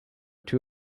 too